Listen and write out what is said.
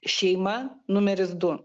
šeima numeris du